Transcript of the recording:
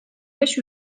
beş